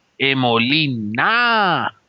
Emolina